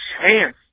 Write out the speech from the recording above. chance